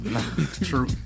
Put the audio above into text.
True